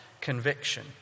conviction